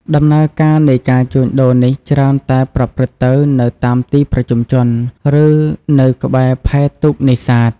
ដំណើរការនៃការជួញដូរនេះច្រើនតែប្រព្រឹត្តទៅនៅតាមទីប្រជុំជន ឬនៅក្បែរផែទូកនេសាទ។